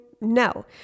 No